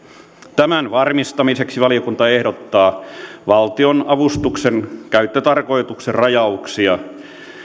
tämän varmistamiseksi valiokunta ehdottaa valtionavustuksen käyttötarkoituksen rajauksia